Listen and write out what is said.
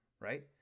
right